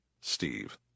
Steve